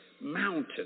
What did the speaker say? mountains